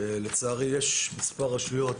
לצערי, יש מספר רשויות